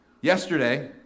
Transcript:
Yesterday